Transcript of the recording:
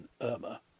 Irma